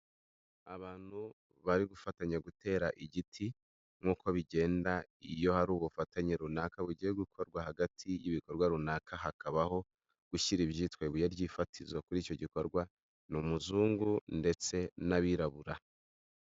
Abantu bari gufatanya gutera igiti, nk’uko bigenda iyo hari ubufatanye runaka bugiye gukorwa hagati y'ibikorwa runaka, hakabaho gushyira ibyitwa ibuye ry'ifatizo kuri icyo gikorwa, ni umuzungu ndetse n'abirabura.